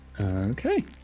Okay